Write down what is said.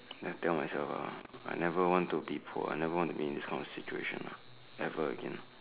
then I tell myself ah I never want to be poor I never want to be in this kind of situation lah ever again